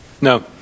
No